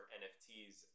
nfts